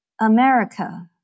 America